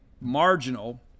marginal